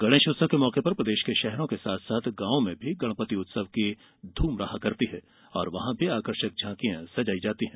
गणेश उत्सव के मौके पर प्रदेश के शहरों के साथ साथ गांवों में भी गणपति उत्सव की धूम रहा करती है और वहां आकर्षक झांकियां सजाई जाती है